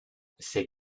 c’est